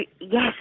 yes